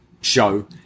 show